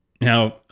Now